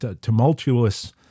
tumultuous